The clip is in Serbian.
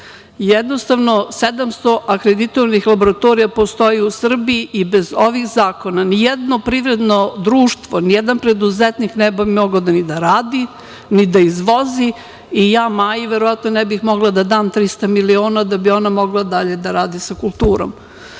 Jednostavno, 700 akreditovanih laboratorija postoji u Srbiji i bez ovih zakona nijedno privredno društvo, nijedan preduzetnik ne bi mogao ni da radi, ni da izvozi i ja Maji, verovatno, ne bih mogla da dam 300 miliona da bi ona mogla da radi dalje sa kulturom. Tako